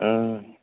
ꯎꯝ